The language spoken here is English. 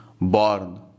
born